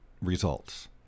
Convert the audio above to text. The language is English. results